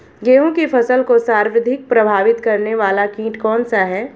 गेहूँ की फसल को सर्वाधिक प्रभावित करने वाला कीट कौनसा है?